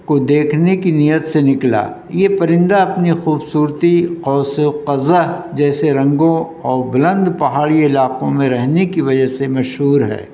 کو دیکھنے کی نیت سے نکلا یہ پرندہ اپنی خوبصورتی قوس قزح جیسے رنگوں اور بلند پہاڑی علاقوں میں رہنے کی وجہ سے مشہور ہے